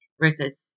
versus